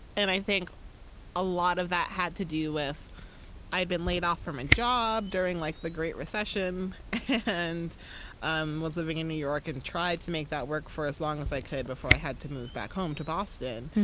and i think a lot of that had to do with i'd been laid off from a job during like the great recession and um was living in new york and tried to make that work for as long as i could before i had to move back home to boston.